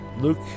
Luke